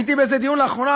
הייתי באיזה דיון לאחרונה,